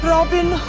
Robin